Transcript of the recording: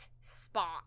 spot